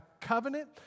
covenant